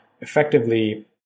effectively